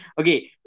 Okay